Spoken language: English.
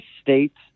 states